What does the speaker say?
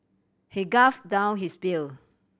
he gulp down his beer